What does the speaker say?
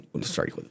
Sorry